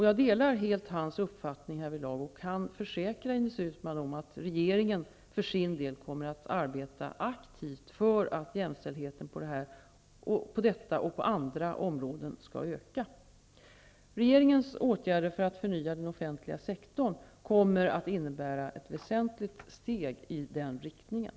Jag delar helt hans uppfattning härvidlag och kan försäkra Ines Uusmann om att regeringen för sin del kommer att arbeta aktivt för att jämställdheten på detta och andra områden skall öka. Regeringens åtgärder för att förnya den offentliga sektorn kommer att innebära ett väsentligt steg i den riktningen.